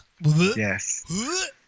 Yes